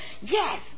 Yes